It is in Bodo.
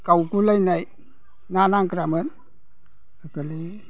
गावगुलायनाय ना नांग्रामोन गोरलै